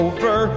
Over